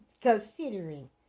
considering